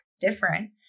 different